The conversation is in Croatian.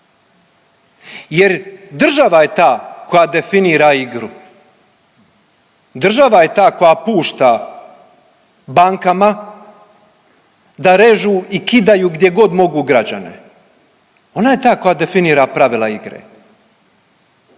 Jer država je ta koja definira igru, država je ta koja pušta bankama da režu i kidaju gdje mogu građane, ona je ta koja definira pravila igre.